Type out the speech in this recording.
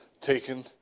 taken